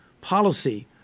Policy